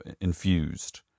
infused